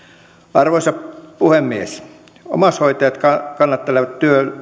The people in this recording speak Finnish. arvoisa puhemies omaishoitajat kannattelevat